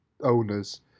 owners